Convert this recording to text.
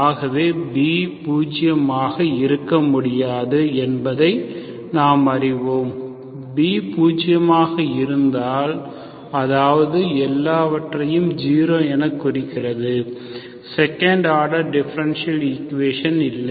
ஆகவே B பூஜ்ஜியமாக இருக்க முடியாது என்பதை நாம் அறிவோம் B பூஜ்ஜியமாக இருந்தால் அதாவது எல்லாவற்றையும் 0 என குறிக்கிறது செகண்ட் ஆர்டர் டிஃபரென்ஷியல் ஈக்குவேஷன் இல்லை